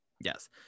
Yes